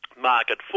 market